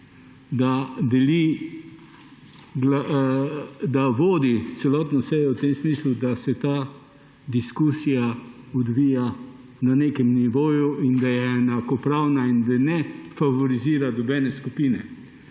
da vodi celotno sejo v tem smislu, da se ta diskusija odvija na nekem nivoju in da je enakopravna, da ne favorizira nobene skupine.